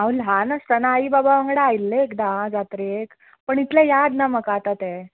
हांव ल्हान आसतना आई बाबा वांगडा आयिल्लें एकदां जात्रेक पूण इतलें याद ना म्हाका आतां तें